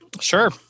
Sure